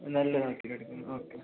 നല്ല നോക്കി എടുക്കും ഓക്കെ